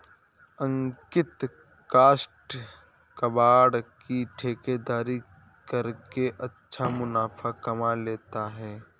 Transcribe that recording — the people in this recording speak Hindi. अंकित काष्ठ कबाड़ की ठेकेदारी करके अच्छा मुनाफा कमा लेता है